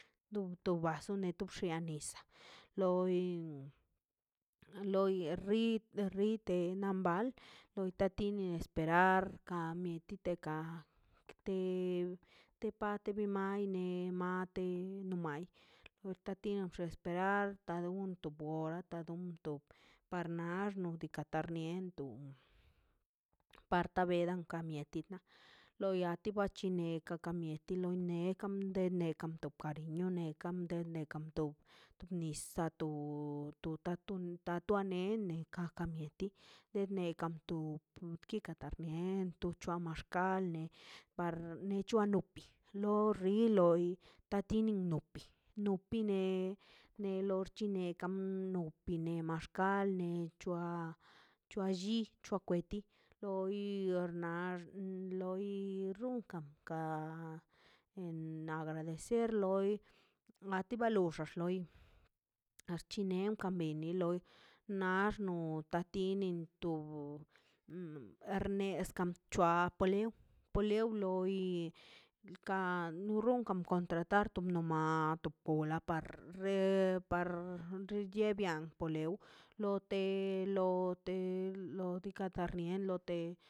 Lo lo tu baso xiana tu ya nisaꞌ loi loi ri rite nambal loi ta tini esperanza ar kamie lite ka te te parte ni me maine mate no mai oxta tino esperar ta dunto bol bata dunton par xnax ni ka tarniento para ka belan to ka mieti na lo waia chi neka ka mieti loi nekan del nekan tob cariño nekan nekanpto nisaꞌ to o ta ton tua nene ka ka mieti deb nekan tu kika tarmien tor chua maxkal par ne chua meti no riloi tatino nopi nopi ne ne lorchinekan nopi ne maxkal ne c̱hoa lli c̱hoa kweti loi axnax loi runkan ka en gradecerlo loi a ti ba loxa loi axchin nen kabilo ne loi o ta tinin to erneskan c̱hua palew polew loi ka no runkan contratar tu mato o la parre para xichebbian polew lote lo de lo katar mielote.